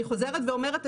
אני חוזרת ואומרת,